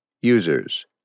Users